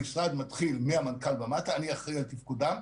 המשרד מתחיל מהמנכ"ל ומטה, אני אחראי על תפקודם.